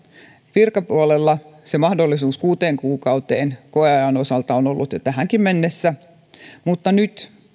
virkapuolella mahdollisuus kuuteen kuukauteen koeajan osalta on ollut jo tähänkin mennessä mutta nyt